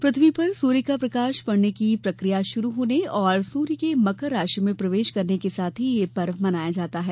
पृथ्वी पर सूर्य का प्रकाश बढ़ने की प्रक्रिया शुरू होने और सूर्य के मकर राशि में प्रवेश करने के साथ ही ये पर्व मनाया जाता है